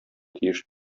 тиеш